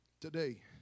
today